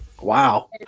Wow